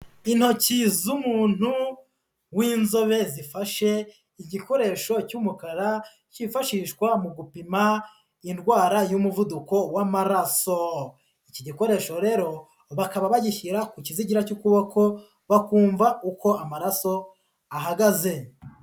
Intoki z'umuntu w'inzobe zifashe igikoresho cy'umukara, cyifashishwa mu gupima indwara y'umuvuduko w'amaraso. Iki gikoresho rero bakaba bagishyira ku kizigira cy'ukuboko bakumva uko amaraso ahagaze.